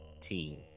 team